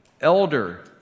elder